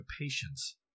patience